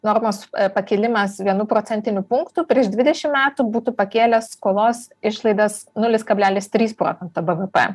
normos pakėlimas vienu procentiniu punktu prieš dvidešim metų būtų pakėlęs skolos išlaidas nulis kablelis trys procento bevepe